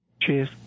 cheers